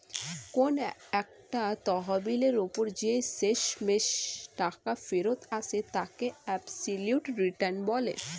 কোন একটা তহবিলের ওপর যে শেষমেষ টাকা ফেরত আসে তাকে অ্যাবসলিউট রিটার্ন বলে